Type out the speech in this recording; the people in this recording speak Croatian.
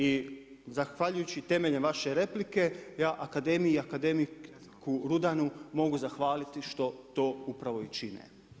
I zahvaljujući temeljem vaše replike, ja akademija i akademik Rudanu mogu zahvaliti što to upravo i čine.